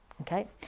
okay